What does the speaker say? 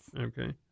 Okay